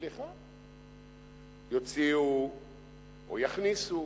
סליחה, יוציאו או יכניסו